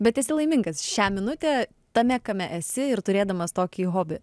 bet esi laimingas šią minutę tame kame esi ir turėdamas tokį hobį